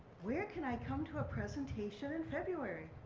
where can i come to a presentation in february?